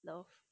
love